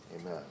amen